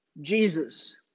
Jesus